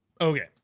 Okay